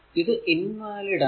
ഇത് invalid ആണ്